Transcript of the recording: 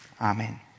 Amen